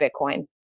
Bitcoin